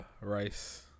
Rice